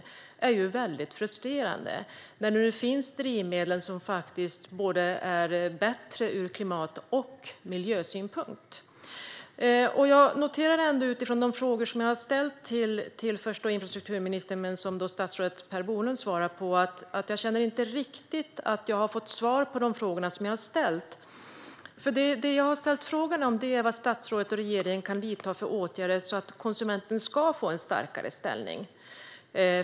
Det är ju väldigt frustrerande när det nu finns drivmedel som är bättre från klimat och miljösynpunkt. Utifrån de frågor som jag har ställt till infrastrukturministern, men som statsrådet Per Bolund svarade på, känner jag inte riktigt att jag har fått något svar. Jag frågade vad statsrådet och regeringen kan vidta för åtgärder för att konsumenten ska få en starkare ställning.